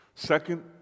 Second